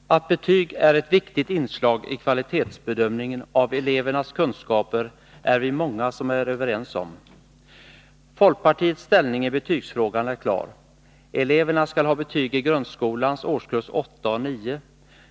Herr talman! Att betyg är ett viktigt inslag i kvalitetsbedömningen av elevernas kunskaper är många av oss överens om. Folkpartiets ställning i betygsfrågan är klar: eleverna skall ha betyg i grundskolans årskurs 8 och 9.